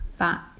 back